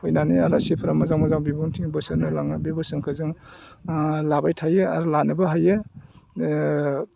फैनानै आलासिफोरा मोजां मोजां बिबुंथि बोसोन होलाङो बे बोसोनखौ जों लाबाय थायो आरो लानोबो हायो